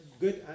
good